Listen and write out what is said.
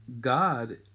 God